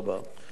תודה רבה.